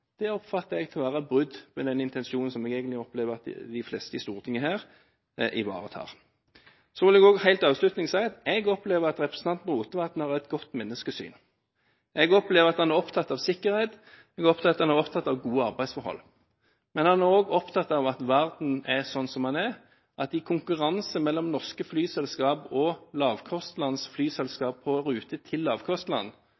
oppfatter jeg å være brudd på intensjonen som jeg opplever at de fleste i Stortinget ivaretar. Helt avslutningsvis vil jeg si at jeg opplever at representanten Rotevatn har et godt menneskesyn. Jeg opplever at han er opptatt av sikkerhet og gode arbeidsforhold. Men han er også opptatt av at verden er som den er, at i konkurranse mellom norske flyselskaper og lavkostlands